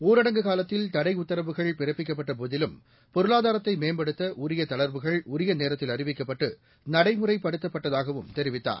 ஊரடங்கு காலத்தில் தடையுத்தரவுகள் பிறப்பிக்கப்பட்ட போதிலும் பொருளாதாரத்தை மேம்படுத்த உரிய தளர்வுகள் உரிய நேரத்தில் அறிவிக்கப்பட்டு நடைமுறைப்படுத்தப்பட்டதாகவும் தெரிவித்தார்